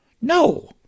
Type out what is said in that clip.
No